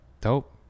Dope